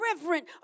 reverent